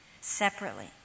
separately